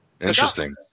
Interesting